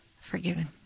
forgiven